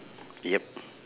yup